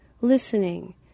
listening